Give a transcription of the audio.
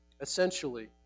Essentially